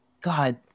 God